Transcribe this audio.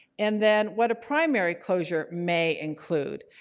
and then what a primary closure may include.